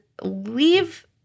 leave